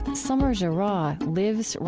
samar jarrah lives,